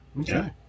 Okay